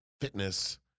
fitness